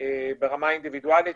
ברמה אינדיבידואלית,